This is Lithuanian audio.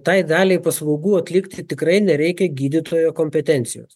tai daliai paslaugų atlikti tikrai nereikia gydytojo kompetencijos